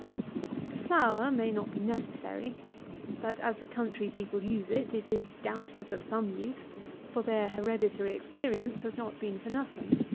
the flour may not be necessary but, as the country people use it, it is, doubtless, of some use for their hereditary experience has not been for nothing.